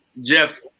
Jeff